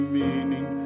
meaning